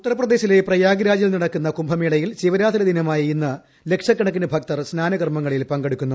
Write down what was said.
ഉത്തർപ്രദേശിലെ പ്രയാഗ് രാജിൽ നടക്കുന്ന കുംഭമേളയിൽ ശിവരാത്രി ദിനമായ ഇന്ന് ലക്ഷക്കണക്കിന് ഭക്തർ സ്നാന കർമ്മങ്ങളിൽ പങ്കെടുക്കുന്നു